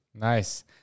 Nice